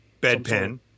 bedpan